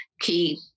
key